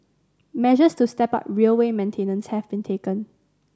measures to step up railway maintenance have been taken